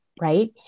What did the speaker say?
right